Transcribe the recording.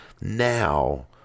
now